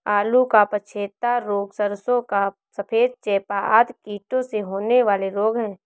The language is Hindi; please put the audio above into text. आलू का पछेता रोग, सरसों का सफेद चेपा आदि कीटों से होने वाले रोग हैं